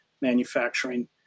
Manufacturing